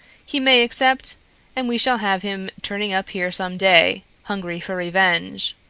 he may accept and we shall have him turning up here some day, hungry for revenge.